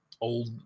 old